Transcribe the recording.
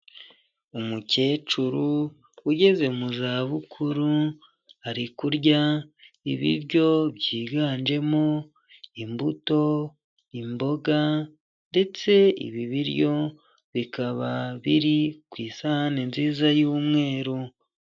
Umukecuru ugeze mu zabukuru ari kurya ibiryo byiganjemo imbuto, imboga, ndetse ibi biryo bikaba biri ku isahani nziza y'umweru.